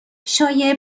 شایعه